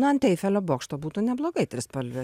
na ant eifelio bokšto būtų neblogai trispalvė